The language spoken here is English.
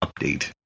update